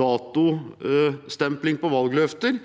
datostempling på valgløfter.